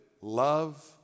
Love